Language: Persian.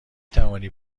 توانی